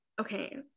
Okay